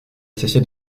cessé